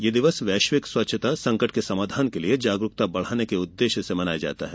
यह वैश्विक स्वच्छता संकट के समाधान के लिए जागरूकता बढ़ाने के उद्देश्य से मनाया जाता है